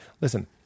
Listen